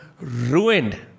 ruined